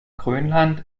grönland